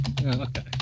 okay